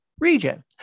Region